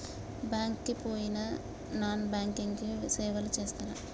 Bank కి పోయిన non banking సేవలు చేస్తరా?